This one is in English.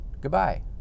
Goodbye